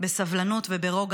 בסבלנות וברוגע.